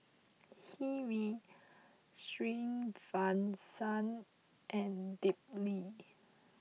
Hri Srinivasa and Dilip